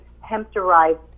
hemp-derived